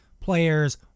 players